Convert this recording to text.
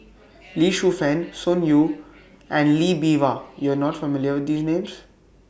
Lee Shu Fen Sun Yee and Lee Bee Wah YOU Are not familiar with These Names